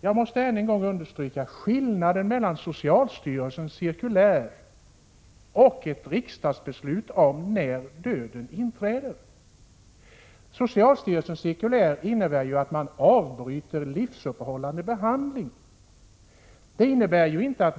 Jag måste ännu en gång understryka skillnaden mellan innehållet i socialstyrelsens cirkulär och det kommande riksdagsbeslutet om kriterierna för dödens inträde. Socialstyrelsens cirkulär går ut på att livsuppehållande behandling skall avbrytas.